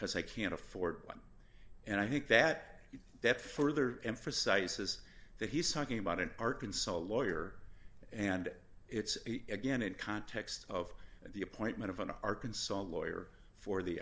because i can't afford one and i think that that further emphasizes that he's talking about an arkansas lawyer and it's again in context of the appointment of an arkansas lawyer for the